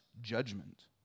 judgment